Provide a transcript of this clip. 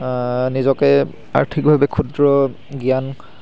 নিজকে আৰ্থিকভাৱে ক্ষুদ্ৰ জ্ঞান